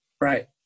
Right